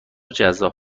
جذاب